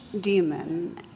demon